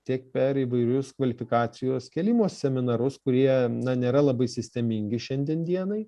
tiek per įvairius kvalifikacijos kėlimo seminarus kurie na nėra labai sistemingi šiandien dienai